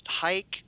hike